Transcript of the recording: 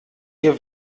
ihr